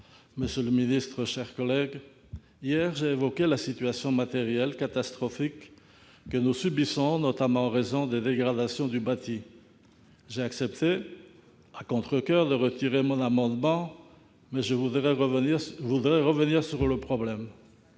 monsieur le ministre, mes chers collègues, hier, j'ai évoqué la situation matérielle catastrophique que nous subissons, notamment en raison de dégradations du bâti. J'ai accepté à contrecoeur de retirer mon amendement, mais je voudrais revenir sur le problème.